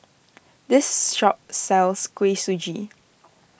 this shop sells Kuih Suji